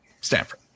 Stanford